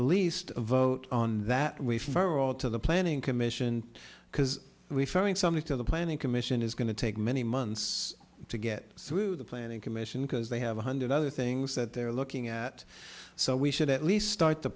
least vote on that way for all to the planning commission because we found something to the planning commission is going to take many months to get through the planning commission because they have one hundred other things that they're looking at so we should at least start the